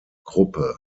gruppe